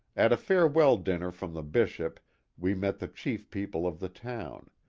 at a farewell dinner from the bishop we met the chief people of the town,